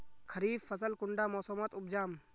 खरीफ फसल कुंडा मोसमोत उपजाम?